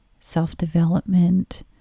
self-development